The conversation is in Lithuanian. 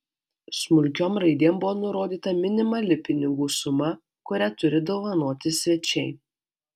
smulkiom raidėm buvo nurodyta minimali pinigų suma kurią turi dovanoti svečiai